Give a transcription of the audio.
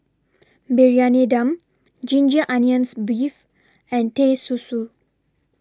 Briyani Dum Ginger Onions Beef and Teh Susu